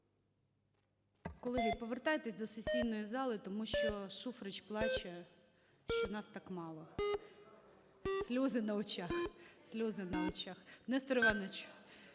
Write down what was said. Колеги, повертайтеся до сесійної зали, тому що Шуфрич плаче, що нас так мало. Сльози на очах. Нестор Іванович…